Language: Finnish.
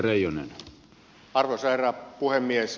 arvoisa herra puhemies